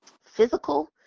physical